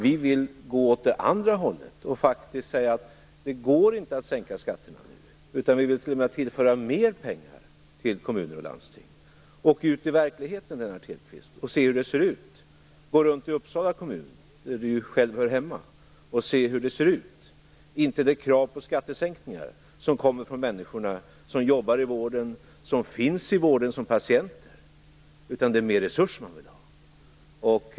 Vi vill gå åt det andra hållet och faktiskt säga att det inte går att sänka skatterna nu. Vi vill t.o.m. tillföra mer pengar till kommuner och landsting. Åk ut i verkligheten, Lennart Hedquist, och se hur det ser ut! Gå runt i Uppsala kommun, där Lennart Hedquist själv hör hemma, och se hur det ser ut! Inte är det krav på sänkningar som kommer från människorna som jobbar i vården eller som finns i vården som patienter. Det är mer resurser man vill ha.